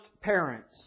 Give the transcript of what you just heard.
parents